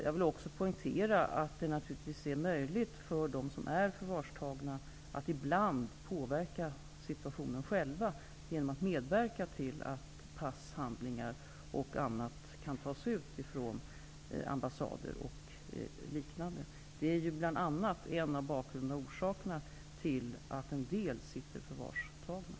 Jag vill också poängtera att det naturligtvis är möjligt för dem som är förvarstagna att ibland själva påverka situationen genom att medverka till att pass och andra handlingar kan fås ut från t.ex. ambassader. Detta är bl.a. en av orsakerna till att en del är förvarstagna.